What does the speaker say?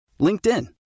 LinkedIn